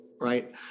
right